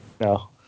no